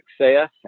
success